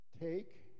Take